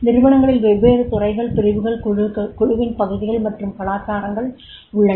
நிறுவனங்களில் வெவ்வேறு துறைகள் பிரிவுகள் குழுவின் பகுதிகள் மற்றும் கலாச்சாரங்கள் உள்ளன